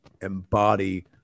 embody